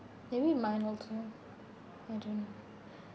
maybe mine also I don't know